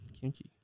Kinky